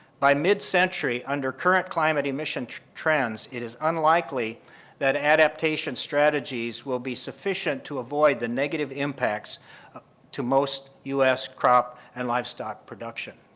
by mid-century under current climate emissions trends, it is unlikely that adaptation strategies will be sufficient to avoid the negative impacts to most u s. crop and livestock production.